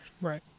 Right